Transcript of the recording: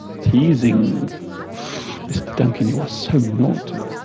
teasing mr. duncan you are so naughty